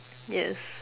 yes